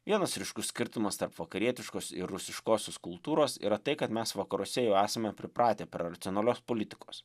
vienas ryškus skirtumas tarp vakarietiškos ir rusiškosios kultūros yra tai kad mes vakaruose jau esame pripratę prie racionalios politikos